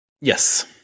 Yes